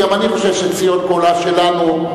גם אני חושב שציון כולה שלנו,